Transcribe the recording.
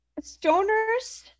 stoners